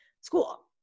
school